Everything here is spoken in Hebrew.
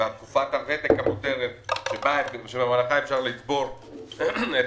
ותקופת הוותק המותרת שבמהלכה אפשר לצבור את